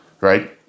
right